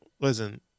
Listen